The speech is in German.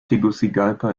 tegucigalpa